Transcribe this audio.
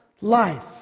life